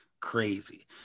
crazy